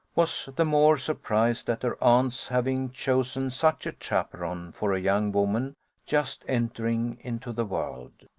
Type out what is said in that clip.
was the more surprised at her aunt's having chosen such a chaperon for a young woman just entering into the world.